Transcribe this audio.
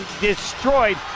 destroyed